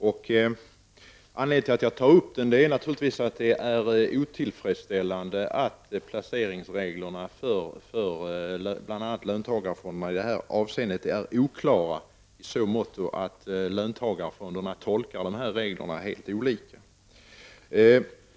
Anledningen till att jag tar upp frågan är naturligtvis att det är otillfredsställande att placeringsreglerna för bl.a. löntagarfonderna i detta avseende är oklara i så måtto att löntagarfonderna tolkar reglerna helt olika.